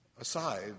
aside